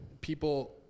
People